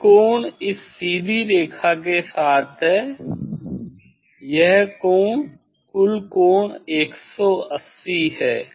ये कोण इस सीधी रेखा के साथ यह कोण कुल कोण 180 है